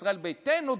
ישראל ביתנו,